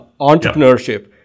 Entrepreneurship